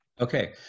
Okay